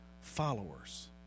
followers